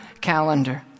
calendar